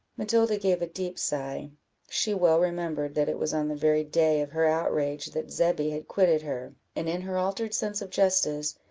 matilda gave a deep sigh she well remembered that it was on the very day of her outrage that zebby had quitted her, and in her altered sense of justice,